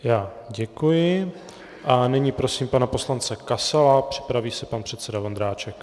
Já děkuji a nyní prosím pana poslance Kasala, připraví se pan předseda Vondráček.